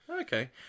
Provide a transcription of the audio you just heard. Okay